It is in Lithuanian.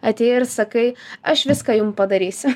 atėjai ir sakai aš viską jum padarysiu